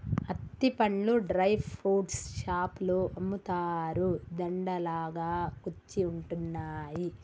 అత్తి పండ్లు dry fruits షాపులో అమ్ముతారు, దండ లాగా కుచ్చి ఉంటున్నాయి